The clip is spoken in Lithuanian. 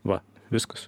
va viskas